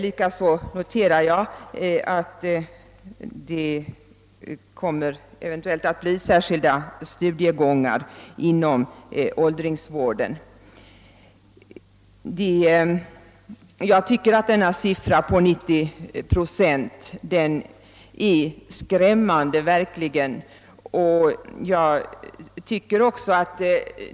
Jag noterar likaså att det eventuellt kommer att inrättas särskilda studiegångar inom åldringsvården. Jag tycker att siffran 90 procent outbildade vårdbiträden verkligen är skrämmande.